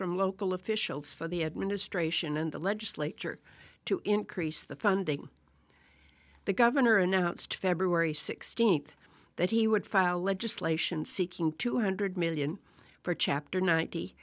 from local officials for the administration and the legislature to increase the funding the governor announced february sixteenth that he would file legislation seeking two hundred million for chapter ninety